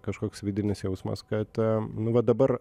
kažkoks vidinis jausmas kad nu va dabar